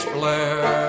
Blair